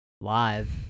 live